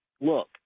look